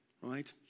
Right